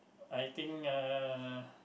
I think uh